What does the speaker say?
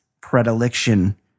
predilection